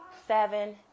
seven